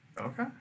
Okay